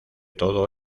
todo